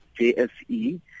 JSE